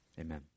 Amen